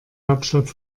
hauptstadt